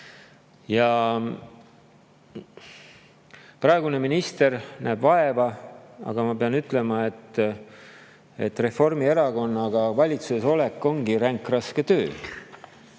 Praegune minister näeb vaeva, aga ma pean ütlema, et Reformierakonnaga valitsuses olla on ränkraske töö.